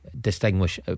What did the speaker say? Distinguish